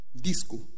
Disco